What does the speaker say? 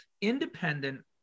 independent